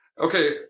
Okay